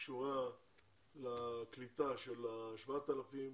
שקשורה לקליטה של ה-7,000,